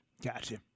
Gotcha